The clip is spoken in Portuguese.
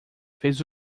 fez